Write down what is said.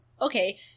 Okay